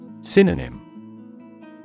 Synonym